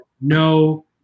no